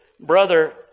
Brother